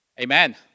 amen